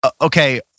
okay